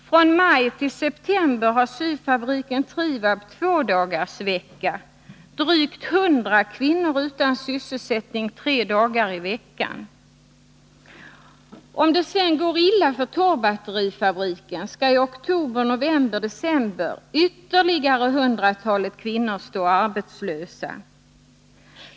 Från maj till september har syfabriken Trivab tvådagarsvecka — drygt 100 kvinnor utan sysselsättning tre dagar i veckan. Om det sedan går illa för Torrbatterifabriken, kommer i oktober, november och december ytterligare hundratalet kvinnor att stå arbetslösa.